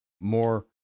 more